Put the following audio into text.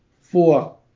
four